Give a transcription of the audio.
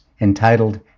entitled